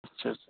اچھا